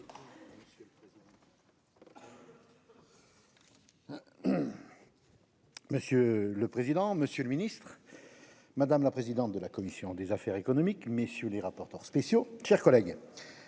Monsieur le président, Monsieur le Ministre, madame la présidente de la commission des affaires économiques, messieurs les rapporteurs spéciaux, chers collègues,